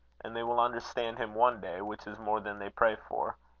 and they will understand him one day, which is more than they pray for.